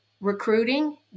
recruiting